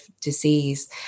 disease